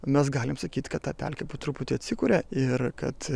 mes galime sakyti kad ta pelkė po truputį atsikuria ir kad